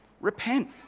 repent